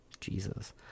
Jesus